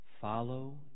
Follow